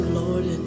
lord